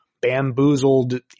bamboozled